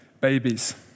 babies